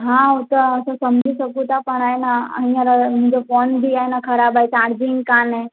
हा हु त असां समुझी सघूं था पाण आहे न हींअर मुंहिंजो फोन बि ख़राबु आहे न चार्जिंग कान्हे